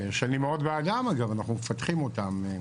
שאני מאוד בעדם, אגב, אנחנו מפתחים אותם.